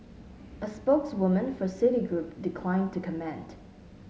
a spokeswoman for Citigroup declined to comment